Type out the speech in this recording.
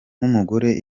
nk’umugore